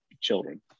children